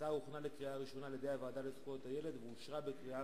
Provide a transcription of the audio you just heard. ההצעה הוכנה לקריאה הראשונה על-ידי הוועדה לזכויות הילד ואושרה בקריאה